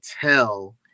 tell